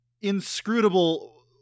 Inscrutable